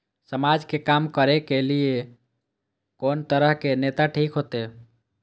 समाज के काम करें के ली ये कोन तरह के नेता ठीक होते?